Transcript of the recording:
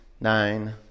nine